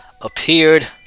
appeared